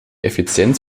effizienz